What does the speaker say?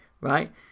right